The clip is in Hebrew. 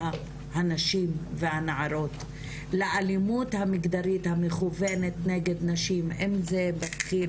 הנשים והנערות לאלימות המגדרית המכוונת נגד נשים אם זה מתחיל